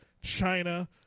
China